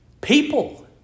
People